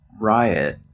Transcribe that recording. Riot